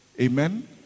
Amen